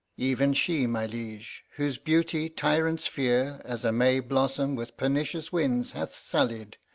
even she, my liege whose beauty tyrants fear, as a may blossom with pernicious winds, hath sullied,